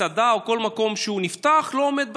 מסעדה או כל מקום שנפתח לא עומד בתקן.